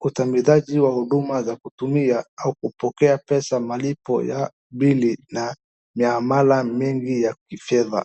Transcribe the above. ukihitaji huduma za kutumia au kupokea pesa malipo ya bili na ya mara mengi ya kifedha.